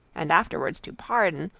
and afterwards to pardon,